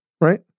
Right